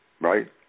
Right